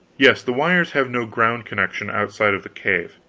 yes. the wires have no ground-connection outside of the cave.